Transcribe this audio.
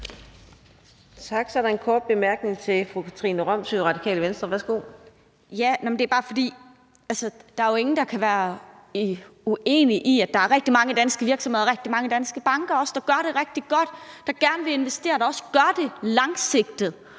Tak. Så er der en kort bemærkning til fru Katrine Robsøe, Radikale Venstre. Værsgo. Kl. 16:38 Katrine Robsøe (RV): Der er jo ingen, der kan være uenig i, at der er rigtig mange danske virksomheder og også rigtig mange banker, der gør det rigtig godt, og som gerne vil investere, og som også gør det langsigtet